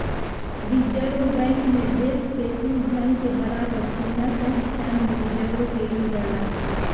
reserve bank मे देश के कुल धन के बराबर सोना चाहे चाँदी रिजर्व केइल जाला